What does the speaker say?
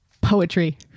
poetry